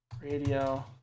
Radio